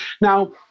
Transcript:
Now